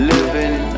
Living